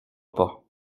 pas